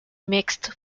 mixed